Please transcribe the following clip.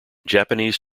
japanese